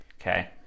Okay